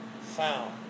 Found